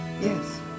Yes